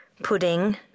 Pudding